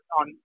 on